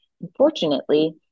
unfortunately